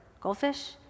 goldfish